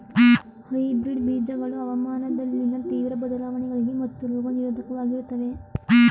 hybrid ಬೀಜಗಳು ಹವಾಮಾನದಲ್ಲಿನ ತೀವ್ರ ಬದಲಾವಣೆಗಳಿಗೆ ಮತ್ತು ರೋಗ ನಿರೋಧಕವಾಗಿರುತ್ತವೆ